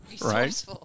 Right